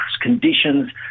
conditions